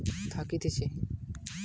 যে সব গুলা টাকা কড়ির বেপার সব থাকতিছে